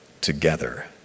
together